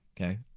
Okay